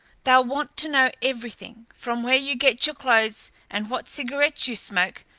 they'll want to know everything, from where you get your clothes and what cigarettes you smoke,